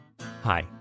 Hi